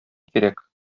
кирәк